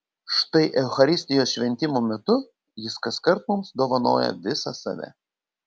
štai eucharistijos šventimo metu jis kaskart mums dovanoja visą save